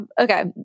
Okay